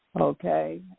Okay